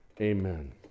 Amen